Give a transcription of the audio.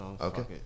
Okay